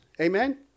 Amen